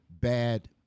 bad